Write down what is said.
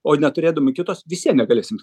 o neturėdami kitos visvien negalėsim